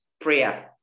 prayer